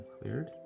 cleared